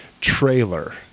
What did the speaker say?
trailer